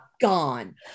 gone